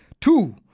Two